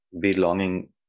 belonging